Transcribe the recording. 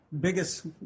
biggest